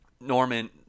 Norman